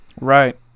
right